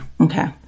Okay